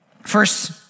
first